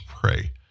pray